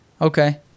Okay